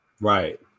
Right